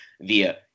via